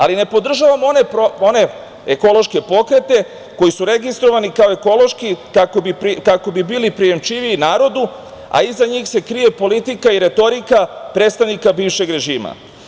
Ali, ne podržavam one ekološke pokrete koji su registrovani kao ekološki kako bi bili prijemčiviji narodu, a iza njih se krije politika i retorika predstavnika bivšeg režima.